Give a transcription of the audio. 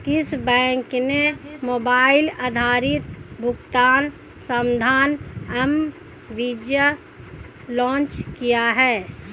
किस बैंक ने मोबाइल आधारित भुगतान समाधान एम वीज़ा लॉन्च किया है?